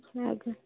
ହୁଁ ଆଜ୍ଞା